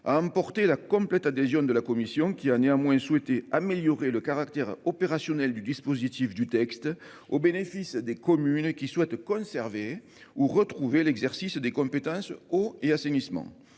a emporté la complète adhésion de la commission, qui a néanmoins souhaité améliorer le caractère opérationnel de son dispositif au bénéfice des communes qui souhaitent conserver ou retrouver l'exercice des compétences eau et assainissement.